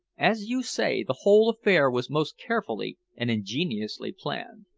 as you say, the whole affair was most carefully and ingeniously planned.